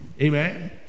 Amen